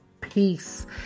peace